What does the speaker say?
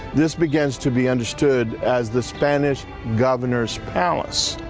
this begins to be understood as the spanish governor's palace.